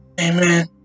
Amen